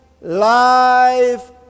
life